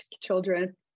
children